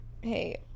Hey